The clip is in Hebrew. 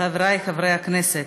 חברי חברי הכנסת,